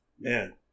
man